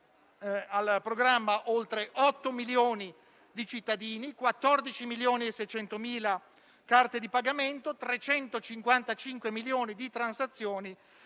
al programma oltre 8 milioni di cittadini, con 14.600.000 carte di pagamento e 355 milioni di transazioni